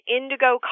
Indigo